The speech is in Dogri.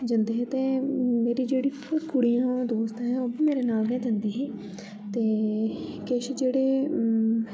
जंदे हे ते मेरी जेह्डियां कुडिय़ां दोस्त हियां औबी मेरे नाल गे जंदी ही ते कैश जेहड़े